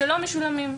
שלא משולמים,